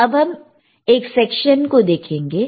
तो अब हम एक सेक्शन को देखेंगे